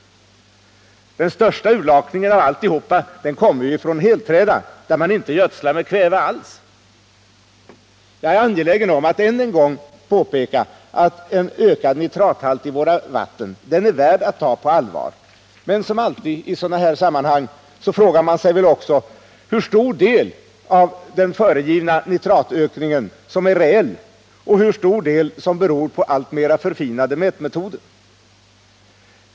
Den största utlakningen av alla kommer ju från helträda, där man inte gödslar med kväve alls. Jag är angelägen om att än en gång påpeka, att en ökad nitrathalt i våra vatten är värd att ta på allvar. Men som alltid i sådana här sammanhang frågar man sig härvid hur stor del av den föregivna nitratökningen som är reell och hur stor del som beror på alltmer förfinade mätmetoder.